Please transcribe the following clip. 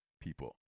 people